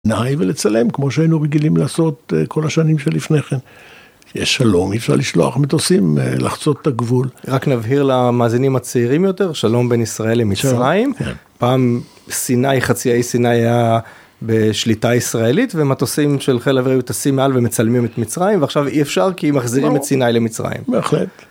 נאי ולצלם, כמו שהיינו רגילים לעשות כל השנים שלפני כן. יש שלום, אפשר לשלוח מטוסים, לחצות את הגבול. רק נבהיר למאזינים הצעירים יותר, שלום בין ישראל למצרים. פעם, סיני חצי אי-סיני היה בשליטה ישראלית, ומטוסים של חיל האוויר היו טסים מעל ומצלמים את מצרים, ועכשיו אי אפשר כי מחזירים את סיני למצרים. ברור, בהחלט.